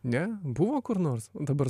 ne buvo kur nors dabar